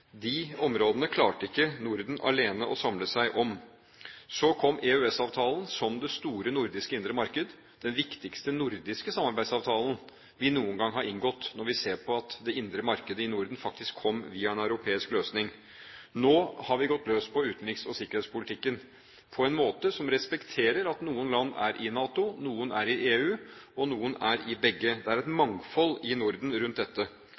De områdene klarte ikke Norden alene å samle seg om. Så kom EØS-avtalen, som for det store nordiske indre marked var den viktigste nordiske samarbeidsavtalen vi noen gang har inngått, når vi ser at det indre markedet i Norden faktisk kom via en europeisk løsning. Nå har vi gått løs på utenriks- og sikkerhetspolitikken på en måte som respekterer at noen land er i NATO, noen er i EU, og noen er i begge. Det er et mangfold i Norden rundt dette.